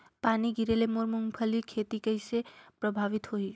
पानी गिरे ले मोर मुंगफली खेती कइसे प्रभावित होही?